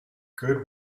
good